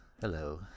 Hello